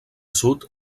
sud